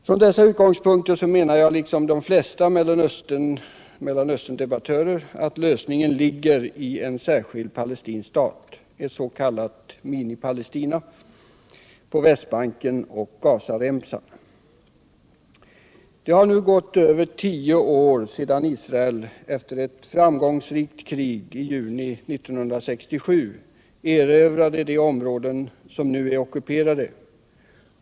Från dessa utgångspunkter menar jag, liksom de flesta Mellanösterndebattörer, att lösningen ligger i en särskild palestinsk stat, ett s.k. Minipalestina, på Västbanken och Gazaremsan. Det har nu gått över tio år sedan Israel efter ett framgångsrikt krig i juni 1967 erövrade de områden som nu är ockuperade.